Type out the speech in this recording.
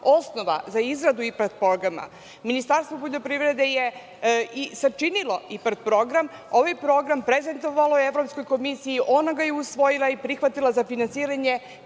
osnova za izradu IPARD programa. Ministarstvo poljoprivrede je i sačinilo IPARD program. Ovaj program prezentovalo je Evropskoj komisiji, ona ga je usvojila i prihvatila za finansiranje